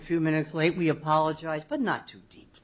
a few minutes late we apologize but not to